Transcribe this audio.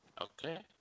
Okay